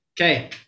Okay